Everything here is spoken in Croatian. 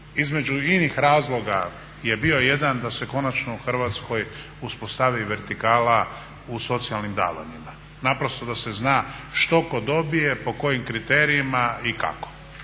Između inih razloga je bio jedan da se konačno u Hrvatskoj uspostavi vertikala u socijalnim davanjima naprosto da se zna što tko dobije, po kojim kriterijima i kako.